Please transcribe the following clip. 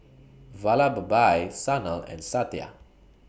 Vallabhbhai Sanal and Satya